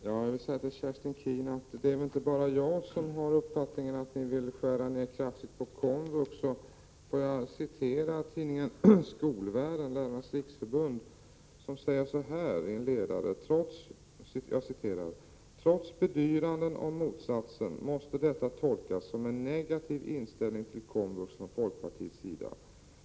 Herr talman! Jag vill säga till Kerstin Keen att det inte bara är jag som har uppfattningen att ni vill skära ned kraftigt på komvux. Får jag citera tidningen Skolvärlden, där det heter i en ledare: ”Trots bedyranden om motsatsen måste detta tolkas som en negativ inställning till komvux från folkpartiets sida.